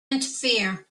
interfere